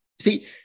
see